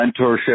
mentorship